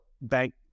bank